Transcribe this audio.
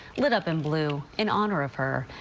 lit up in blue in honor of her.